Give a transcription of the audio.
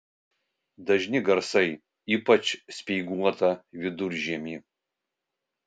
dažni gaisrai ypač speiguotą viduržiemį